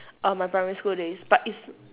err my primary school days but it's